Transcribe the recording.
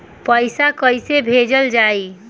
पैसा कैसे भेजल जाइ?